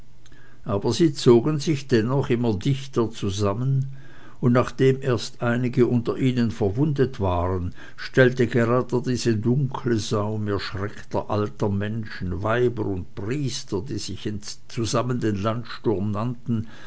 aber sie zogen sich dennoch immer dichter zusammen und nachdem erst einige unter ihnen verwundet waren stellte gerade dieser dunkle saum erschreckter alter menschen weiber und priester die sich zusammen den landsturm nannten